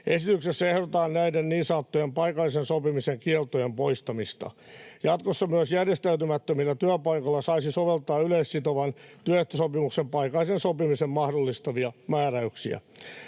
Esityksessä ehdotetaan näiden niin sanottujen paikallisen sopimisen kieltojen poistamista. Jatkossa myös järjestäytymättömillä työpaikoilla saisi soveltaa yleissitovan työehtosopimuksen paikallisen sopimisen mahdollistavia määräyksiä.